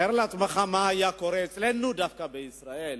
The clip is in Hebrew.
תאר לעצמך מה היה קורה אצלנו, דווקא בישראל,